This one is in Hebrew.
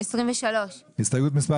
הסתייגות מספר